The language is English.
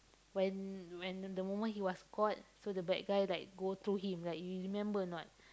when when the moment he was caught so the bad guy like go through him like you remember or not